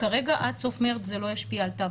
כרגע עד סוף חודש מארס זה לא ישפיע על התו